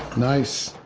nice!